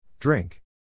Drink